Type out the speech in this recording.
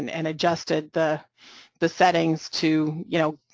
and and adjusted the the settings to, you know,